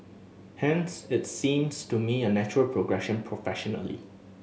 hence it seems to me a natural progression professionally